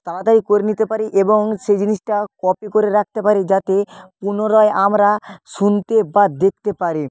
তাড়াতাড়ি করে নিতে পারি এবং সেই জিনিসটা কপি করে রাখতে পারি যাতে পুনরায় আমরা শুনতে বা দেখতে পারি